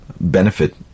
benefit